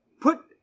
Put